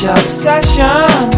obsession